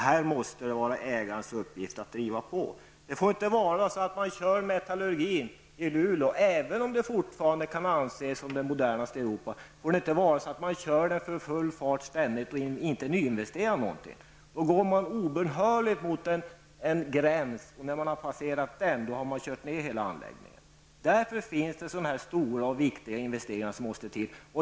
Här måste det vara ägarens uppgift att driva på. Man får inte ständigt köra metallurgin i Luleå, även om den fortfarande kan anses vara den modernaste i Europa, för full fart utan att nyinvestera. Då går man obönhörligt mot en gräns och när man har passerat den har man kört ner hela anläggningen. Därför måste stora och viktiga investeringar till.